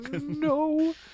no